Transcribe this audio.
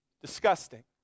Disgusting